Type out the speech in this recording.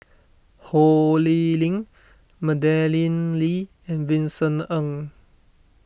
Ho Lee Ling Madeleine Lee and Vincent Ng